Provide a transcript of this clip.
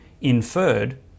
inferred